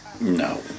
No